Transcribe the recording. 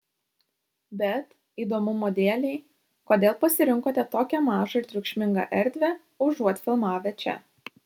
bet įdomumo dėlei kodėl pasirinkote tokią mažą ir triukšmingą erdvę užuot filmavę čia